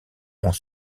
ont